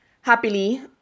Happily